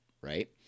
right